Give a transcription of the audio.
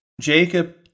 Jacob